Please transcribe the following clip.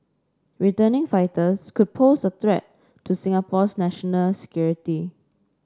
returning fighters could pose a threat to Singapore's national security